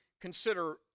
consider